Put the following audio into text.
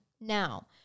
Now